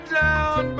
down